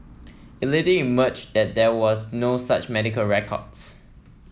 it later emerged that there was no such medical records